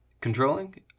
controlling